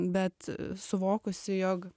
bet suvokusi jog